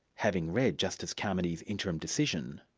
having read justice carmody's interim decision,